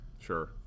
Sure